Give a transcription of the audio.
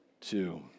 Two